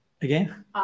Again